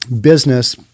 business